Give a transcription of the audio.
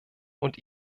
und